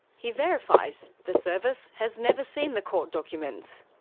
he verifies the service has never seen the court documents.